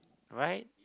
right